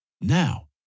Now